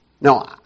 No